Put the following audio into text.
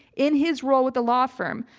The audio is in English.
in his role with the law firm,